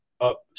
up